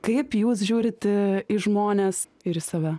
kaip jūs žiūrit į žmones ir į save